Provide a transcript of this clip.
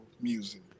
music